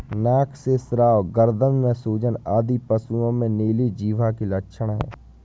नाक से स्राव, गर्दन में सूजन आदि पशुओं में नीली जिह्वा के लक्षण हैं